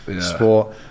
sport